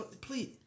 please